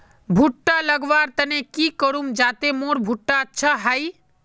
भुट्टा लगवार तने की करूम जाते मोर भुट्टा अच्छा हाई?